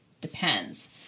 depends